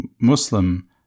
muslim